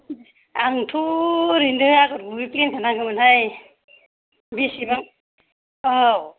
आंनोथ' ओरैनो आगर गुबै फ्लेनखौ नांगौमोनहाय बेसेबां औ